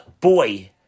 boy